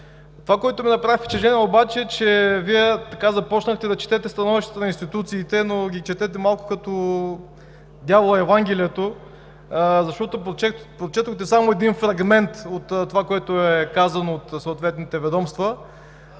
Това, което ми направи впечатление обаче, е, че Вие започнахте да четете становищата на институциите, но ги четете малко като дявола евангелието, защото прочетохте само един фрагмент от това, което е казано от съответните ведомства.